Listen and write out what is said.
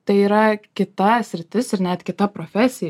tai yra kita sritis ir net kita profesija